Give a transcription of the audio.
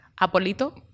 Apolito